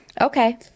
okay